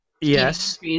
Yes